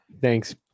thanks